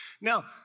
Now